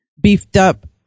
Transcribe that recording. beefed-up